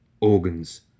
organs